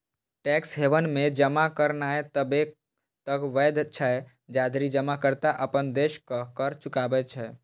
tax haven मे जमा करनाय तबे तक वैध छै, जाधरि जमाकर्ता अपन देशक कर चुकबै छै